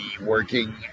working